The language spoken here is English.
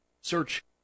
Search